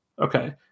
Okay